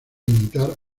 imitar